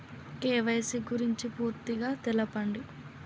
KYC గురించి పూర్తిగా తెలపండి?